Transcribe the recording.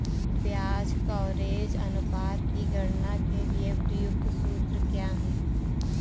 ब्याज कवरेज अनुपात की गणना के लिए प्रयुक्त सूत्र क्या है?